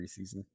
preseason